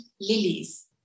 Lilies